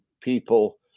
people